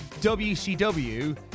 WCW